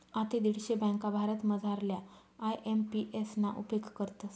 आते दीडशे ब्यांका भारतमझारल्या आय.एम.पी.एस ना उपेग करतस